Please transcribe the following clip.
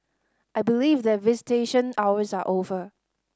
I believe that visitation hours are over